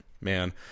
man